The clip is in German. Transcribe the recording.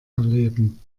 erleben